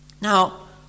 Now